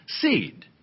seed